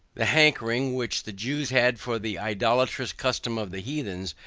the hankering which the jews had for the idolatrous customs of the heathens,